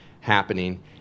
happening